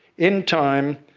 in time,